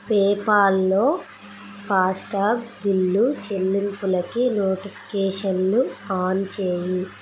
పేపాల్లో FASTag bill చెల్లింపులకి నోటిఫికేషన్లు on చేయి